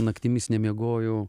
naktimis nemiegojau